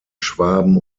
schwaben